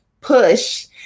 push